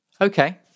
Okay